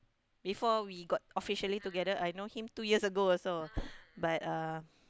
before we got officially together I know him two years ago also but uh